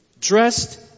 Dressed